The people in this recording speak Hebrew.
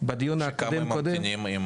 כמה ממתינים?